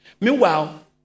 Meanwhile